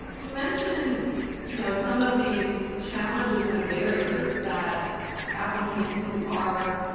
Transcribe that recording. you mentioned you know some of these challenges and barriers that applicants who are